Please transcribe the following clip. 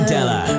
Della